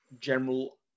general